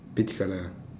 beige colour